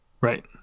Right